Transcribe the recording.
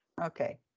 Okay